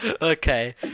Okay